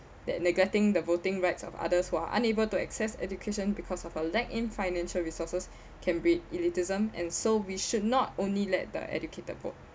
that neglecting the voting rights of others who are unable to access education because of a lack in financial resources can breed elitism and so we should not only let the educated vote